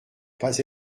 pas